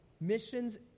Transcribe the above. Missions